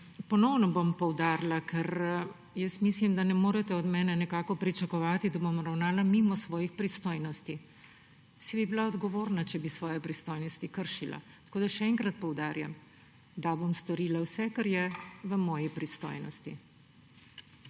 Ponovno bom poudarila, ker mislim, da ne morete od mene nekako pričakovati, da bom ravnala mimo svojih pristojnosti. Saj bi bila odgovorna, če bi svoje pristojnosti kršila, tako da še enkrat poudarjam, da bom storila vse, kar je v moji pristojnosti.